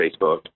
Facebook